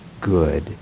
good